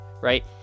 Right